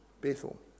Bethel